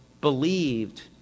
believed